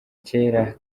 kera